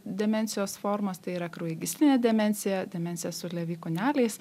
demencijos formos tai yra kraujagyslinė demencija demencija su levi kūneliais